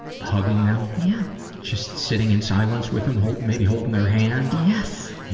hugging them. yeah just sitting in silence with them. hol, maybe holding their hand. yes!